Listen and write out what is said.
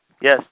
Yes